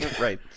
Right